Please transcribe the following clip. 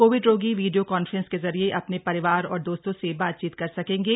Covid रोगी video conference के ज़रिए अपने परिवार और दोस्तों से बातचीत कर सकेंगे